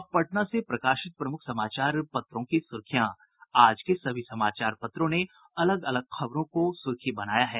और अब पटना से प्रकाशित समाचार पत्रों की सुर्खियां आज के सभी समाचार पत्रों ने अलग अलग खबरों को सुर्खी बनाया है